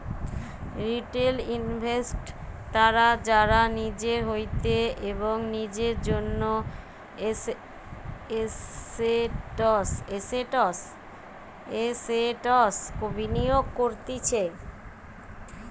retail investors তারা যারা নিজের হইতে এবং নিজের জন্য এসেটস বিনিয়োগ করতিছে